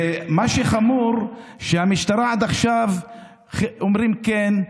ומה שחמור הוא שבמשטרה עד עכשיו אומרים כן.